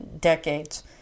decades